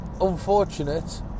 unfortunate